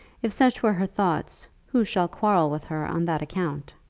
if such were her thoughts, who shall quarrel with her on that account?